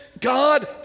God